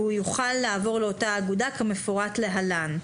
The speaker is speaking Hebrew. והוא יוכל לעבור לאותה אגודה כמפורט להלן.